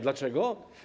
Dlaczego?